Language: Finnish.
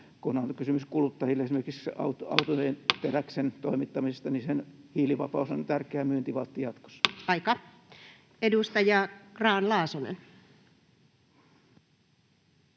Kun on kysymys kuluttajille esimerkiksi autojen teräksen toimittamisesta, niin sen hiilivapaus on tärkeä myyntivaltti jatkossa. Aika. — Edustaja Grahn-Laasonen.